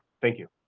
thank you.